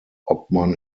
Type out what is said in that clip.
obmann